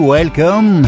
Welcome